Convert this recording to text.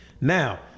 Now